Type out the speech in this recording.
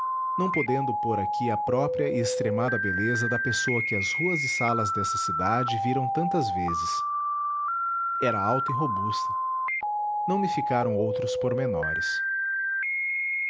não podendo pôr aqui a própria e extremada beleza da pessoa que as ruas e salas desta cidade viram tantas vezes era alta e robusta não me ficaram outros pormenores